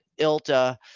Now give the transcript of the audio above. ILTA